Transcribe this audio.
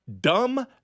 Dumb